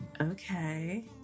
Okay